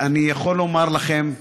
אני יכול לומר לכם,